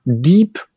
deep